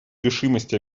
решимости